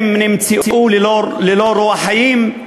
הם נמצאו ללא רוח חיים.